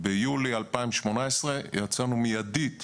ביולי 2018, יצאנו מיידית